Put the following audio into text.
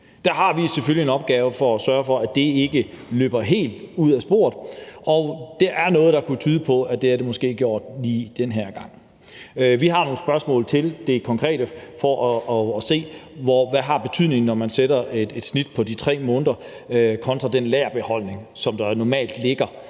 Der har vi selvfølgelig en opgave i at sørge for, at det ikke løber helt af sporet, og det er der måske noget, der kunne tyde på, at det måske har gjort denne gang. Vi har nogle spørgsmål til det konkrete forslag, med hensyn til hvad det har af betydning, når man sætter det snit på de 3 måneder kontra den lagerbeholdning, de her cigaretfirmaer